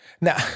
Now